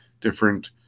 different